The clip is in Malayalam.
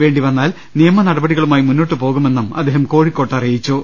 വേണ്ടി വന്നാൽ നിയമ നടപടികളൂമായി മുന്നോട്ട് പോകു മെന്നും അദ്ദേഹം കോഴിക്കോട്ട് അറിയിച്ചു